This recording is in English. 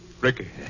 Ricky